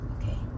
Okay